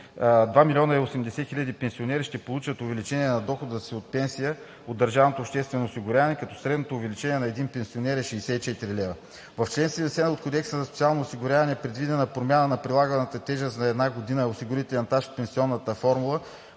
около 2080,0 хил. пенсионери ще получат увеличение на дохода си от пенсия от държавното обществено осигуряване, като средното увеличение на един пенсионер е 64 лв. В чл. 70 от Кодекса за социално осигуряване е предвидена промяна на прилаганата тежест за една година осигурителен стаж в пенсионната формула,